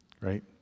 Right